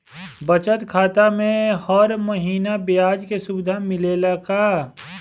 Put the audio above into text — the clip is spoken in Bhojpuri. बचत खाता में हर महिना ब्याज के सुविधा मिलेला का?